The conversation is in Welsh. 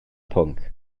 pwnc